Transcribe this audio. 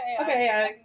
okay